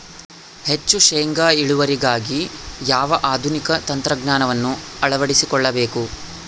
ಹೆಚ್ಚು ಶೇಂಗಾ ಇಳುವರಿಗಾಗಿ ಯಾವ ಆಧುನಿಕ ತಂತ್ರಜ್ಞಾನವನ್ನು ಅಳವಡಿಸಿಕೊಳ್ಳಬೇಕು?